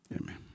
Amen